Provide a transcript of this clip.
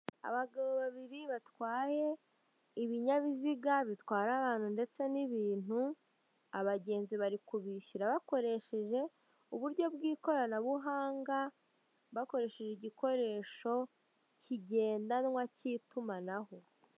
Abagabo babiri batwaye ibinyabiziga bitwara abantu ndetse n'ibintu, abagenzi bari kubishyura bakoresheje uburyo bw'ikoranabuhanga, bakoresheje igikoresho kigendanwa cy'itumanaho.